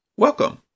Welcome